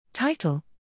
Title